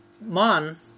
Man